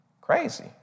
crazy